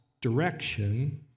direction